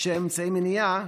של אמצעי מניעה,